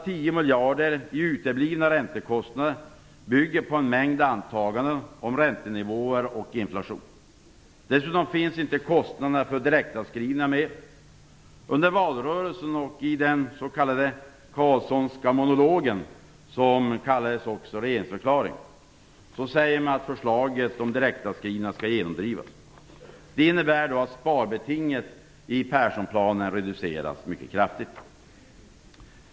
10 miljarder i uteblivna räntekostnader bygger på en mängd antaganden om räntenivåer och inflation. Dessutom finns inte kostnaderna för direktavskrivningar med. Under valrörelsen och i den "Carlssonska monologen", som också kallades regeringsförklaring, sägs att förslaget om direktavskrivningar skall genomdrivas. Det innebär att sparbetinget i Perssonplanen reduceras mycket kraftigt.